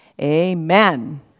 Amen